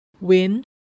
win